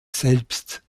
selbst